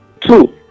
two